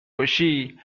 باشی